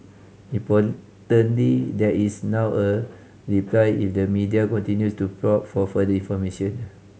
importantly there is now a reply if the media continues to probe for further information